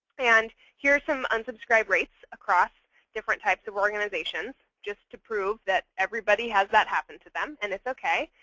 and here some unsubscribe rates across different types of organizations just to prove that everybody has that happen to them. and it's ok.